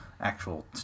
actual